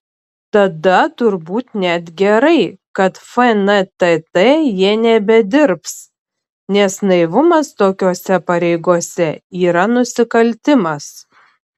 tada turbūt net gerai kad fntt jie nebedirbs nes naivumas tokiose pareigose yra nusikaltimas